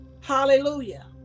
hallelujah